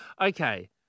Okay